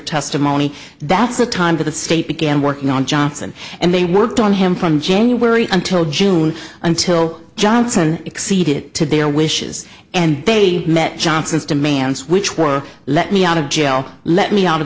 testimony that the time for the state began working on johnson and they worked on him from january until june until johnson exceeded it to their wishes and they met johnson's demands which were let me out of jail let me out of